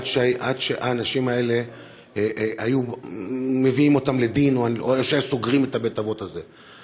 עד שהיו מביאים את האנשים האלה לדין או שהיו סוגרים את בית-האבות הזה.